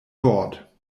wort